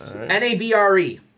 N-A-B-R-E